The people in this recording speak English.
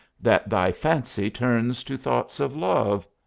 that thy fancy turns to thoughts of love.